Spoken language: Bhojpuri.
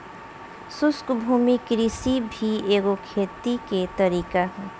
शुष्क भूमि कृषि भी एगो खेती के तरीका ह